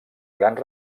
grans